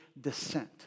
descent